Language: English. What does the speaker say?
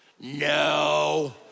No